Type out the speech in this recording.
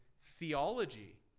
theology